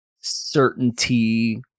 certainty